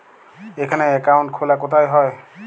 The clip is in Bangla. এখানে অ্যাকাউন্ট খোলা কোথায় হয়?